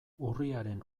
urriaren